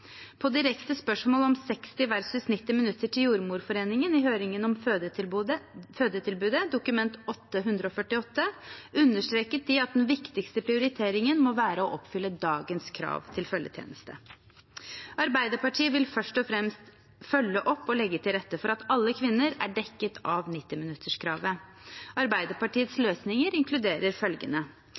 På direkte spørsmål til Jordmorforeningen om 60 versus 90 minutter i høringen om fødetilbudet, Dokument 8:148 S for 2018–2019, understreket de at den viktigste prioriteringen må være å oppfylle dagens krav til følgetjeneste. Arbeiderpartiet vil først og fremst følge opp og legge til rette for at alle kvinner er dekket av 90-minutterskravet. Arbeiderpartiets løsninger inkluderer følgende: